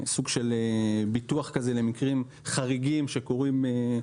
סוג של ביטוח למקרים חריגים שקורים.